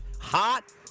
Hot